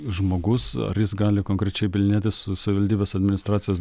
žmogus ar jis gali konkrečiai bylinėtis su savivaldybės administracijos